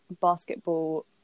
basketball